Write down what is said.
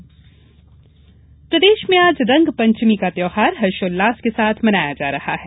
रंगपंचमी प्रदेश में आज रंगपंचमी का त्यौहार हर्षोल्लास के साथ मनाया जा रहा है